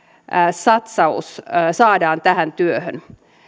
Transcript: satsaus saadaan tähän työhön